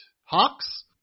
Hawks